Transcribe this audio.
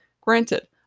Granted